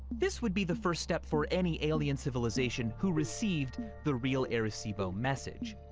this would be the first step for any alien civilization who received the real arecibo message.